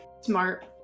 Smart